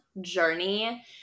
journey